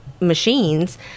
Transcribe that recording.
machines